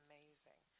Amazing